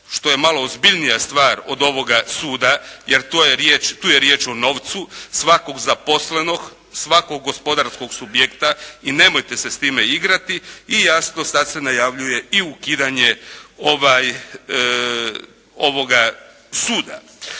što je malo ozbiljnija stvar od ovoga suda, jer tu je riječ o novcu svakog zaposlenog, svakog gospodarskog subjekta. I nemojte se s tim igrati. I jasno sad se najavljuje i ukidanje ovoga suda.